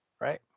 right